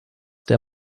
der